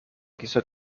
quiso